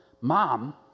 Mom